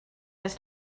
this